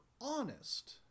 honest